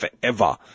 forever